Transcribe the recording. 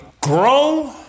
grow